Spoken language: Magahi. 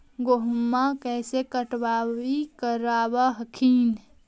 गेहुमा कैसे कटाई करब हखिन?